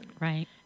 Right